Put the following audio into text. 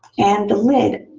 and the lid,